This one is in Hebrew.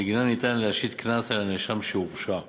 שבגינן ניתן להשית קנס על נאשם שהורשע.